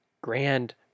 grand